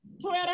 Twitter